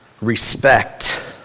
Respect